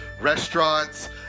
restaurants